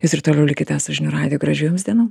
jūs ir toliau likite su žinių radiju gražių jums dienų